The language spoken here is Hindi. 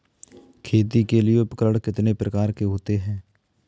खेती के लिए उपकरण कितने प्रकार के होते हैं?